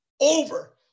over